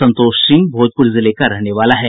संतोष सिंह भोजपुर जिले का रहने वाला है